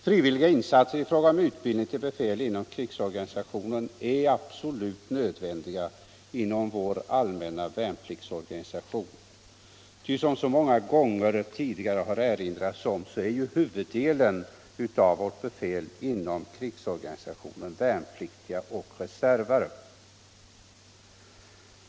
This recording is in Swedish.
Frivilliga insatser i fråga om utbildning till befäl inom krigsorganisationen är absolut nödvändiga inom vår allmänna värnpliktsorganisation, ty som så många gånger har erinrats om är huvuddelen av vårt befäl inom krigsorganisationen värnpliktiga och reservare.